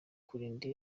kurinda